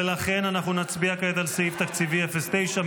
ולכן נצביע כעת על סעיף תקציבי 09,